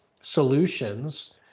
solutions